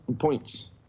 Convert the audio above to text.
points